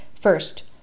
First